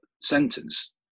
sentence